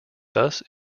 thus